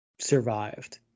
survived